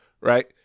right